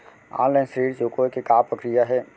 Online ऋण चुकोय के का प्रक्रिया हे?